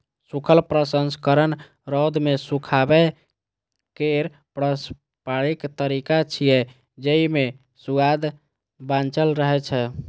सूखल प्रसंस्करण रौद मे सुखाबै केर पारंपरिक तरीका छियै, जेइ मे सुआद बांचल रहै छै